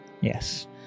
Yes